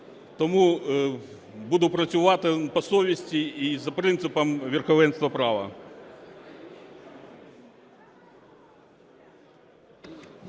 Тому буду працювати по совісті і за принципом верховенства права.